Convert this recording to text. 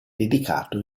dedicato